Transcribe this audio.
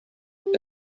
and